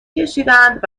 کشیدند